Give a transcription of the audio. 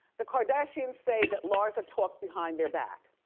the kardashian's say that larsa talked behind their back.